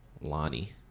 Lonnie